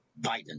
Biden